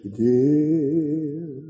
dear